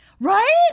Right